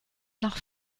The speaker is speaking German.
nach